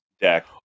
deck